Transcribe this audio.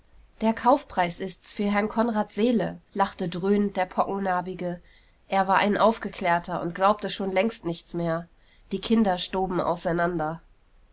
der kaufpreis ist's für herrn konrads seele lachte dröhnend der pockennarbige er war ein aufgeklärter und glaubte schon längst nichts mehr die kinder stoben auseinander